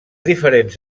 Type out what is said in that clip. diferents